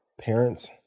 parents